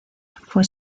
fue